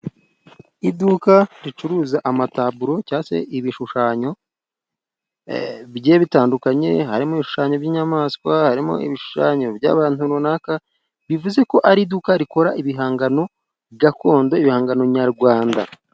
Iduka ricuruza amataburo cyangwa se ibishushanyo bigiye bitandukanye, harimo ibishushanyo by'inyamaswa, harimo ibishushanyo by'abantu runaka. Bivuze ko ari iduka rikora ibihangano gakondo, ibihangano nyarwanda.